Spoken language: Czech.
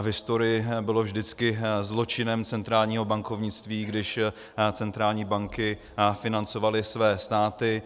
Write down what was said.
V historii bylo vždycky zločinem centrálního bankovnictví, když centrální banky financovaly své státy.